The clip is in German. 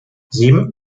sieben